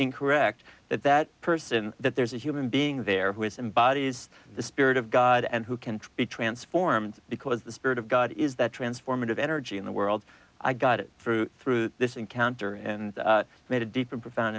incorrect that that person that there's a human being there who is embodies the spirit of god and who can be transformed because the spirit of god is that transformative energy in the world i got it through through this encounter and made a deep and profound